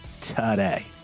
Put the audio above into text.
today